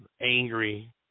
angry